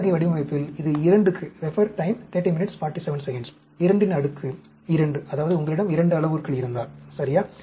இந்த வகை வடிவமைப்பில் இது 2 க்கு 22 அதாவது உங்களிடம் 2 அளவுருக்கள் இருந்தால் சரியா